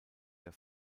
der